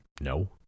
No